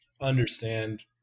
understand